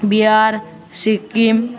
Bihar Sikkim